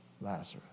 Lazarus